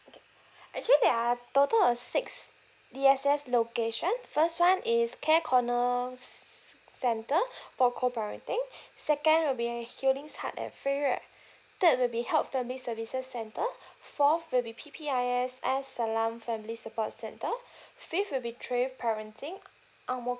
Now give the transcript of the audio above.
okay actually there are total of six the S_S location first one is care corner center for co parenting second would be healing heart at fei yue third will be help family services center fourth will be P_P_I_S as salaam family support center fifth will be trive parenting ang mo